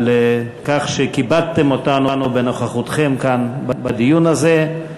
כך שכיבדתם אותנו בנוכחותכם כאן בדיון הזה.